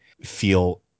feel